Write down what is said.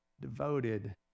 devoted